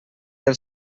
del